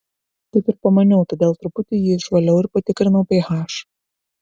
taip ir pamaniau todėl truputį jį išvaliau ir patikrinau ph